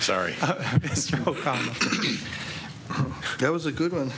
sorry that was a good one